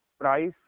price